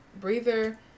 breather